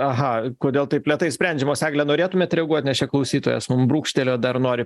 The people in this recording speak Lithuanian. aha kodėl taip lėtai sprendžiamos eglę norėtumėt reaguot nes čia klausytojas mum brūkštelėjo dar nori